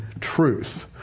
truth